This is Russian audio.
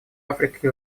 африка